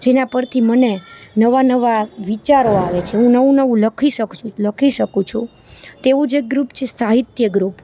જેના પરથી મને નવા નવા વિચારો આવે છે હું નવું નવું લખી લખી શકું છું તેવું જ એક ગ્રુપ છે સાહિત્ય ગ્રુપ